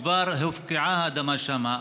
כבר הופקעה האדמה שם,